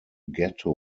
ghetto